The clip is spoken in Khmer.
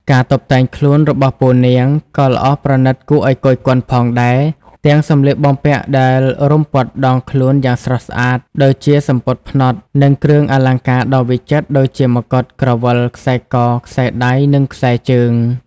ការតុបតែងខ្លួនរបស់ពួកនាង ក៏ល្អប្រណីតគួរឲ្យគយគន់ផងដែរ ទាំងសម្លៀកបំពាក់ដែលរុំព័ទ្ធដងខ្លួនយ៉ាងស្រស់ស្អាត ដូចជាសំពត់ផ្នត់ និងគ្រឿងអលង្ការដ៏វិចិត្រ ដូចជាមកុដ ក្រវិល ខ្សែក ខ្សែដៃ និងខ្សែជើង។